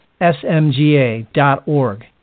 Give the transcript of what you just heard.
smga.org